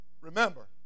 remember